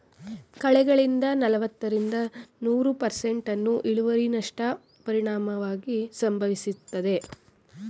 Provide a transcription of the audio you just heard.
ಕಳೆಗಳಿಂದ ನಲವತ್ತರಿಂದ ನೂರು ಪರ್ಸೆಂಟ್ನಸ್ಟು ಇಳುವರಿನಷ್ಟ ಪರಿಣಾಮವಾಗಿ ಸಂಭವಿಸ್ತದೆ